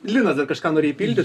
linas dar kažką norėjai pildy